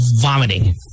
vomiting